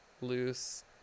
loose